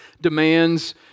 demands